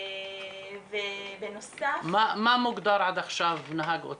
איך מוגדר עד עכשיו נהג אוטובוס?